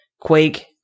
Quake